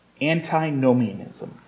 Anti-nomianism